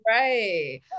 right